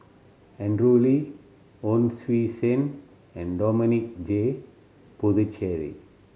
Andrew Lee Hon Sui Sen and Dominic J Puthucheary